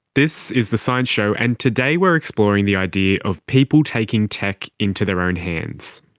this is the science show, and today we're exploring the idea of people taking tech into their own hands.